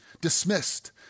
Dismissed